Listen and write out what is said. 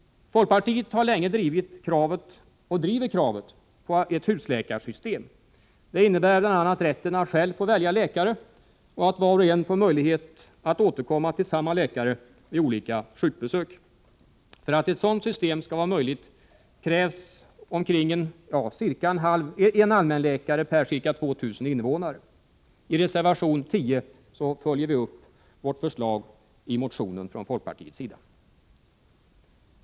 Folkpartiet har länge drivit och driver kravet på ett husläkarsystem. Det innebär bl.a. rätten att själv välja läkare och att var och en får möjlighet att återkomma till samma läkare vid olika sjukbesök. För att ett sådant system skall vara möjligt krävs en allmänläkare per ca 2 000 invånare. I reservation 10 följer vi upp förslaget i en folkpartimotion.